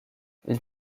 ils